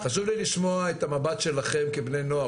חשוב לי לשמוע את המבט שלכם כבני נוער,